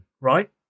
right